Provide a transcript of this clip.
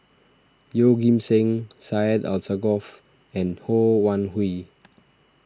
Yeoh Ghim Seng Syed Alsagoff and Ho Wan Hui